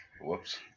Whoops